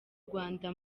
rwanda